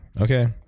Okay